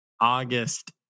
August